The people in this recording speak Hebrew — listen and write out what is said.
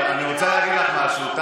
אני אגיד לך עוד משהו.